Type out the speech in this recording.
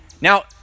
Now